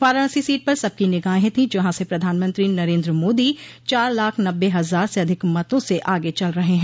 Varanasi seat पर सबकी निगाहें थी जहां से प्रधानमंत्री नरेन्द्र मोदी चार लाख नब्बे हजार से अधिक मतो से आगे चल रहे हैं